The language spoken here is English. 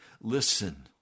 Listen